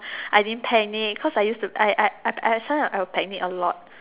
I didn't panic cause I used to I I I sometimes will panic a lot